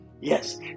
yes